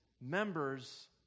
members